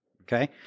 okay